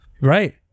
right